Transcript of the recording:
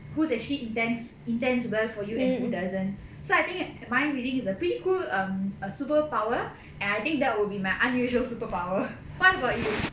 who's actually intends intends well for you and who doesn't so I think mind reading is a pretty cool um a superpower and I think that will be my unusual superpower what about you